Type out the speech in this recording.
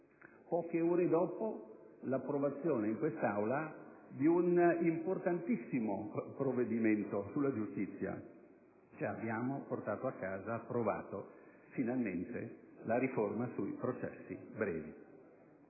poche ore dopo l'approvazione in quest'Aula di un importantissimo provvedimento in materia. Abbiamo approvato finalmente la riforma sui processi brevi.